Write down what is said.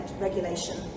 regulation